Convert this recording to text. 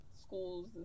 schools